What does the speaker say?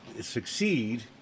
succeed